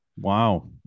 Wow